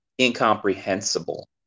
incomprehensible